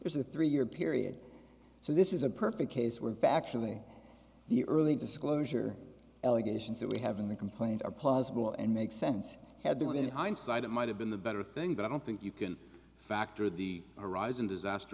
there's a three year period so this is a perfect case were factually the early disclosure allegations that we have in the complaint are plausible and makes sense had been hindsight it might have been the better thing but i don't think you can factor the horizon disaster